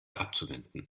abzuwenden